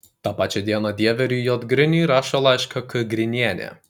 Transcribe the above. tą pačią dieną dieveriui j griniui rašo laišką k grinienė